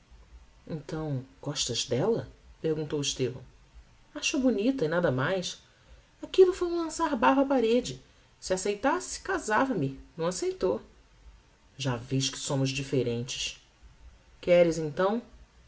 então gostas della perguntou estevão acho-a bonita e nada mais aquillo foi um lançar barro á parede se acceitasse casava me não acceitou já vês que somos differentes queres então